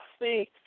see